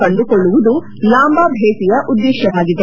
ಕಂಡುಕೊಳ್ಲುವುದು ಲಾಂಬಾ ಭೇಟಿಯ ಉದ್ಗೇಶವಾಗಿದೆ